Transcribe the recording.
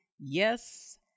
yes